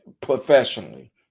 professionally